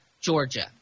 Georgia